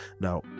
Now